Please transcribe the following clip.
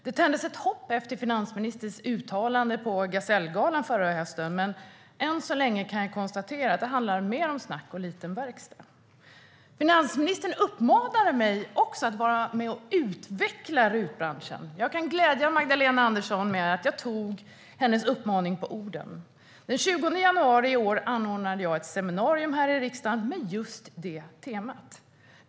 Det tändes ett hopp efter finansministerns uttalande på Gasellgalan förra hösten, men jag kan konstatera att det än så länge handlar om mycket snack och lite verkstad. Finansministern uppmanar mig att vara med och utveckla RUT-branschen. Jag kan glädja Magdalena Andersson med att jag tog henne på orden. Den 20 januari i år anordnade jag ett seminarium här i riksdagen med just det temat.